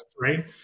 right